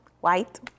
white